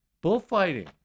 Bullfighting